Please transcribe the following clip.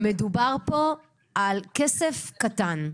-- שמדובר פה על כסף קטן.